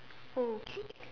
okay